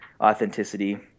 authenticity